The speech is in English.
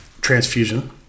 transfusion